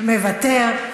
מוותר.